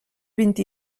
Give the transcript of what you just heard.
vint